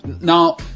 Now